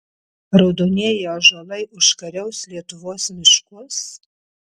raudonieji ąžuolai užkariaus lietuvos miškus